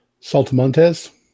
Saltamontes